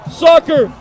soccer